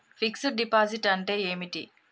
Fix డ్ deposit అంటే ఏమిటి?